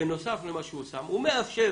בנוסף למה שהוא שם הוא מאפשר